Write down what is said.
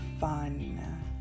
fun